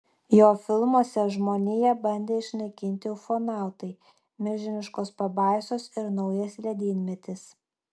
jo filmuose žmoniją bandė išnaikinti ufonautai milžiniškos pabaisos ir naujas ledynmetis